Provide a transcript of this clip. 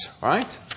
right